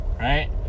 Right